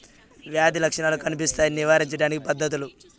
వ్యాధి లక్షణాలు కనిపిస్తాయి నివారించడానికి పద్ధతులు?